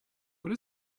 what